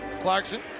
Clarkson